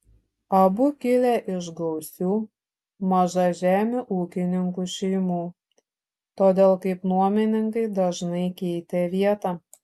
abu kilę iš gausių mažažemių ūkininkų šeimų todėl kaip nuomininkai dažnai keitė vietą